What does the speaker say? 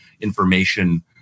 information